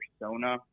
persona